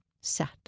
sat